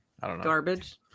Garbage